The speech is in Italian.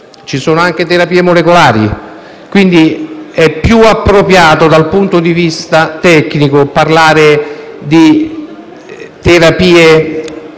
Ci sono anche terapie molecolari. Quindi, è più appropriato, dal punto di vista tecnico, parlare di *molecular